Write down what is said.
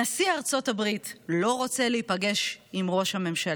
נשיא ארצות הברית לא רוצה להיפגש עם ראש הממשלה.